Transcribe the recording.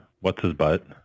what's-his-butt